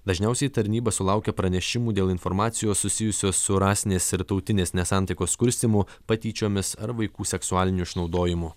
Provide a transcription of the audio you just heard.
dažniausiai tarnyba sulaukia pranešimų dėl informacijos susijusios su rasinės ir tautinės nesantaikos kurstymu patyčiomis ar vaikų seksualiniu išnaudojimu